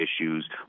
issues